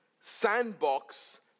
sandbox